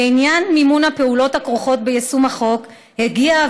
לעניין מימון הפעולות הכרוכות ביישום החוק הגיעה